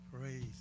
Praise